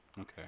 Okay